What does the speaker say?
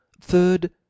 Third